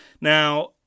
Now